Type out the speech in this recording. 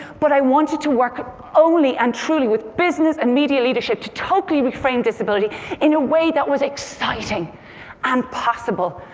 but i wanted to work only and truly with business and media leadership to totally reframe disability in a way that was exciting and possible.